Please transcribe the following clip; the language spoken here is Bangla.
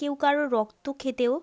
কেউ কারোর রক্ত খেতেও